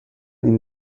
این